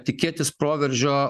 tikėtis proveržio